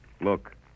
Look